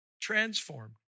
transformed